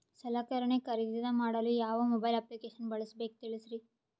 ಸಲಕರಣೆ ಖರದಿದ ಮಾಡಲು ಯಾವ ಮೊಬೈಲ್ ಅಪ್ಲಿಕೇಶನ್ ಬಳಸಬೇಕ ತಿಲ್ಸರಿ?